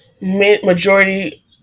majority